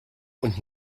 und